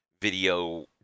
video